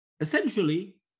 Essentially